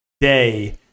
day